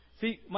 See